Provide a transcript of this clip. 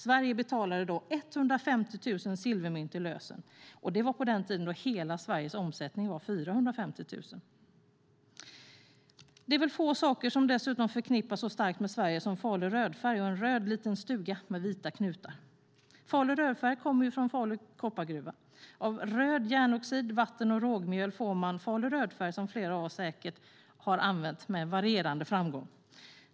Sverige betalade 150 000 silvermynt i lösen. Det var på den tiden när hela Sveriges omsättning var 450 000. Det är väl få saker som förknippas så starkt med Sverige som Falu rödfärg och en röd liten stuga med vita knutar. Falu rödfärg kommer från Falu koppargruva. Av röd järnoxid, vatten och rågmjöl får man Falu rödfärg, som flera av oss säkert har använt, med varierande framgång.